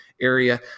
area